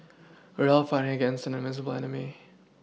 we are fighting against an invisible enemy